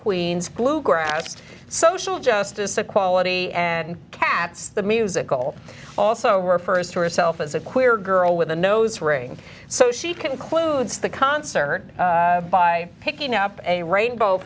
queens bluegrass social justice equality and cats the musical also refers to herself as a queer girl with a nose ring so she concludes the concert by picking up a rainbow